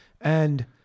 And-